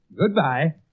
Goodbye